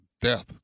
death